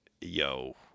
yo